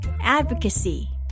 advocacy